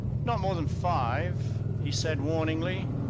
not more than five, he said warningly.